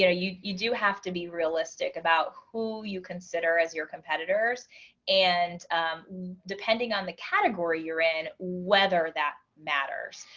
you know you you do have to be realistic about who you consider as your competitors and depending on the category, you're in, whether that matters.